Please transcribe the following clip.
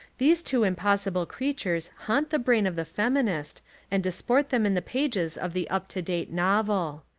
these two impossible creatures haunt the brain of the feminist and disport them in the pages of the up-to-date novel.